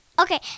Okay